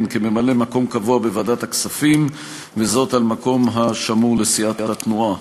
כממלא-מקום קבוע בוועדת הכספים במקום השמור לסיעת התנועה.